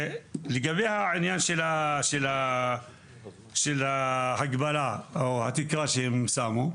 לגבי העניין של התקרה שהם שמו,